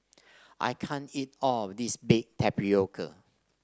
I can't eat all of this Baked Tapioca